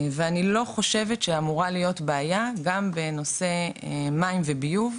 ואני לא חושבת שאמורה להיות בעיה גם בנושא מים וביוב,